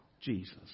Jesus